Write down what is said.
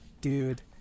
dude